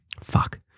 Fuck